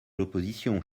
l’opposition